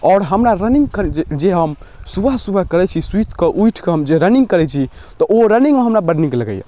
और हमरा रनिंग करै जे हम सुबह सुबह करै छी सुइत कऽ ऊइठ कऽ हम जे रनिंग करै छी तऽ ओ रनिंग मऽ हमरा बड़ नीक लगैया